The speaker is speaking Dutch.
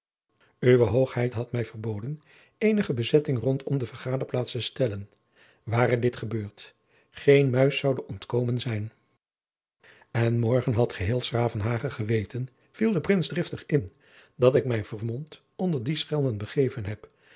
uwe hoogheid had mij verboden eenige bezetting rondom de vergaderplaats te stellen ware dit gebeurd geen muis zoude het ontkomen zijn en morgen had geheel s gravenhage geweten viel de prins driftig in dat ik mij vermomd onder die schelmen begeven heb